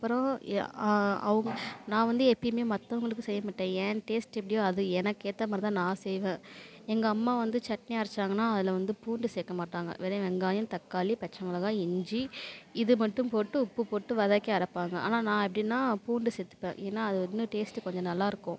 அப்புறம் அவங்க நான் வந்து எப்பியுமே மற்றவங்களுக்கு செய்யமாட்டேன் என் டேஸ்ட்டு எப்படியோ அது எனக்கு ஏற்ற மாதிரி தான் நான் செய்வேன் எங்கள் அம்மா வந்து சட்னி அரைச்சாங்கனா அதில் வந்து பூண்டு சேர்க்க மாட்டாங்க வெறும் வெங்காயம் தக்காளி பச்சை மிளகாய் இஞ்சி இது மட்டும் போட்டு உப்பு போட்டு வதக்கி அரைப்பாங்க ஆனால் நான் எப்படின்னா பூண்டு சேர்த்துப்பேன் ஏன்னா அது இன்னும் டேஸ்ட்டு கொஞ்சம் நல்லா இருக்கும்